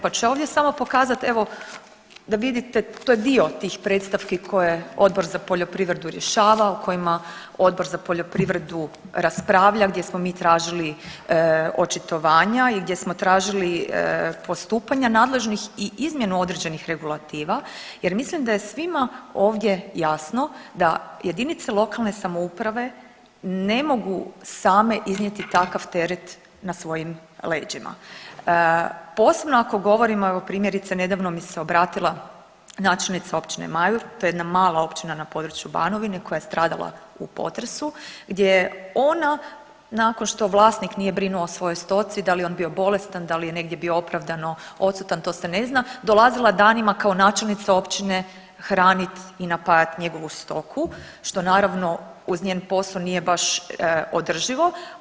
Pa ću ja ovdje samo pokazati evo da vidite to je dio tih predstavki koje je Odbor za poljoprivredu rješavao, o kojima Odbor za poljoprivredu raspravlja gdje smo mi tražili očitovanja i gdje smo tražili postupanja nadležnih i izmjenu određenih regulativa jer mislim da je svima ovdje jasno da jedinice lokalne samouprave ne mogu same iznijeti takav teret na svojim leđima posebno ako govorimo evo primjerice nedavno mi se obratila načelnica općine Majur to je jedna mala općina na području Banovine koja je strada u potresu gdje ona nakon što vlasnik nije brinuo o svojoj stoci, da li je on bio bolestan, da li je negdje opravdano odsutan to se ne zna, dolazila danima kao načelnica općine hranit i napajat njegovu stoku, što naravno uz njen posao nije baš održivo.